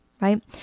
right